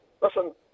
listen